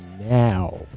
now